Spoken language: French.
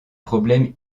problèmes